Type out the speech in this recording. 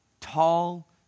tall